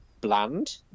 bland